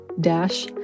dash